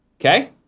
Okay